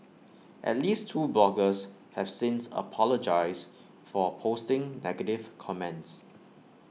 at least two bloggers have since apologised for posting negative comments